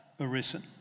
arisen